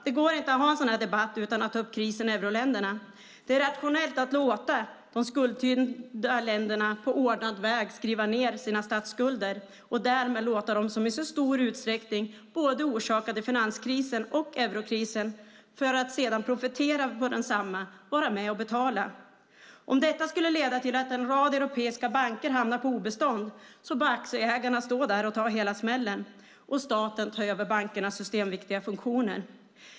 Det går inte att ha en sådan här debatt utan att ta upp krisen i euroländerna. Det är rationellt att låta de skuldtyngda länderna på ordnad väg skriva ned sina statsskulder och därmed låta dem som i stor utsträckning både orsakade finanskrisen och eurokrisen - för att sedan profitera på dem - vara med och betala. Om detta skulle leda till att en rad europeiska banker hamnar på obestånd bör aktieägarna ta hela smällen och staten ta över bankens systemviktiga funktioner.